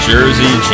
Jersey